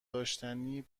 داشتی